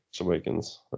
Awakens